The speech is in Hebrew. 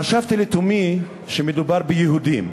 חשבתי לתומי שמדובר ביהודים,